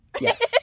yes